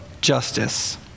justice